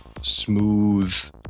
smooth